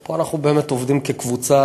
פה אנחנו באמת עובדים כקבוצה,